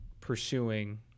pursuing